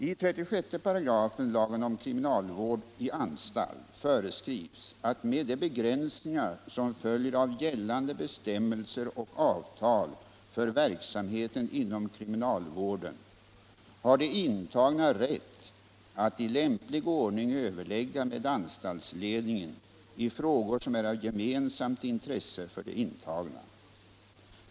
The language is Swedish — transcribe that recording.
I 36 § lagen om kriminalvård i anstalt föreskrivs att med de begränsningar som följer av gällande bestämmelser och avtal för verksamheten inom kriminalvården har de intagna rätt att i lämplig ordning överlägga med anstaltsledningen i frågor som är av gemensamt intresse för de intagna.